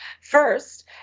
first